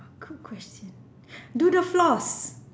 a good question do the floors